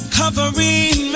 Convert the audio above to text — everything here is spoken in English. covering